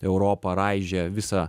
europą raižė visą